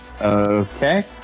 Okay